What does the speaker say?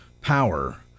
power